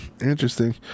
interesting